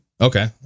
Okay